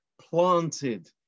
planted